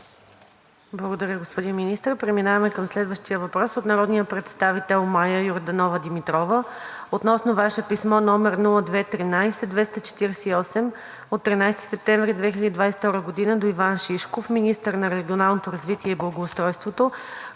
Благодаря, господин Министър. Преминаваме към следващия въпрос – от народния представител Мая Йорданова Димитрова, относно Ваше писмо № 0213-248 от 13 септември 2022 г. до Иван Шишков – министър на регионалното развитие и благоустройството,